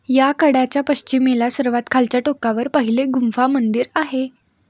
या कड्याच्या पश्चिमेला सर्वात खालच्या टोकावर पहिले गुंफा मंदिर आहे